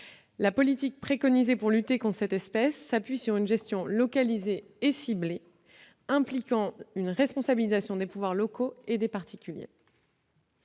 La politique préconisée pour lutter contre la chenille processionnaire s'appuie sur une gestion localisée et ciblée impliquant une responsabilisation des pouvoirs locaux et des particuliers.